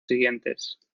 siguientes